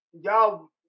y'all –